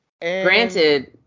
Granted